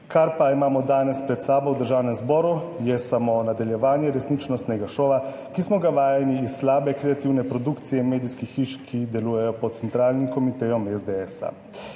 Kar pa imamo danes pred sabo v Državnem zboru, je samo nadaljevanje resničnostnega šova, ki smo ga vajeni iz slabe kreativne produkcije medijskih hiš, ki delujejo pod centralnim komitejem SDS.